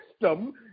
system